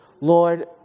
Lord